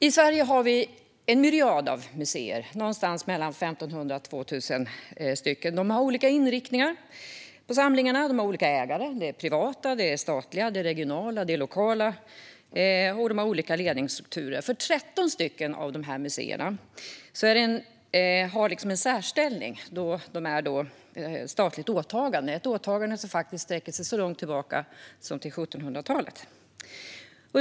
I Sverige har vi en myriad av museer, någonstans mellan 1 500 och 2 000. De har olika inriktningar på samlingarna. De har olika ägare - privata, statliga, regionala och lokala - och olika ledningsstrukturer. 13 av dessa museer har en särställning i och med att de är ett statligt åtagande, ett åtagande som sträcker sig så långt tillbaka som till 1700-talet.